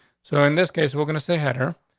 so in this case, we're gonna say had her.